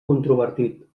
controvertit